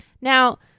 Now